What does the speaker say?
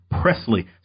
Presley